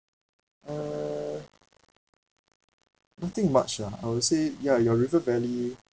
uh nothing much lah I would say ya your river valley